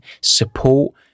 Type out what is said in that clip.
support